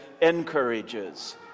encourages